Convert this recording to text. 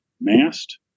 Mast